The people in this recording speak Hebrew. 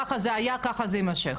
ככה זה היה וככה זה יימשך.